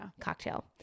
cocktail